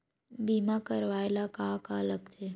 बीमा करवाय ला का का लगथे?